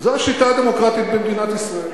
זו השיטה הדמוקרטית במדינת ישראל.